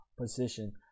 position